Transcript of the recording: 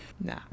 Nah